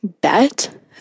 bet